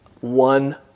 One